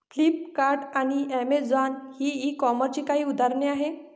Flipkart आणि Amazon ही ई कॉमर्सची काही उदाहरणे आहे